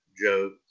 Joe